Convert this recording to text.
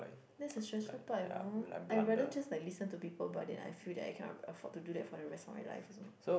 that's the stressful part you know I rather just like listen to people but then I feel that I cannot afford to do that for the rest of my life also